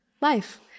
life